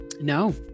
No